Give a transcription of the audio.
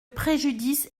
préjudice